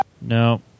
No